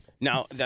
Now